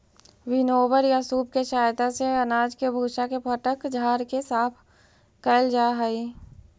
winnower या सूप के सहायता से अनाज के भूसा के फटक झाड़ के साफ कैल जा हई